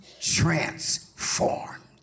transformed